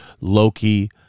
Loki